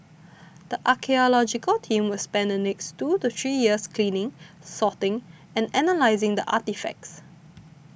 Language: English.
the archaeological team will spend the next two to three years cleaning sorting and analysing the artefacts